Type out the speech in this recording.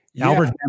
albert